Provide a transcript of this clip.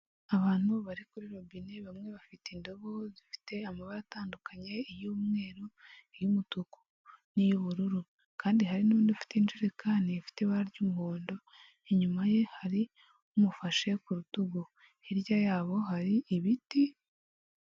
Abantu bari kuri robine, bamwe bafite indobo zifite amabara atandukanye, iy'umweru, iy'umutuku, n'iy'ubururu, kandi hari n'undi ufite injerekani ifite ibara ry'umuhondo, inyuma ye hari umufashe ku rutugu, hirya yabo hari ibiti.